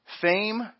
fame